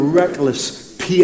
reckless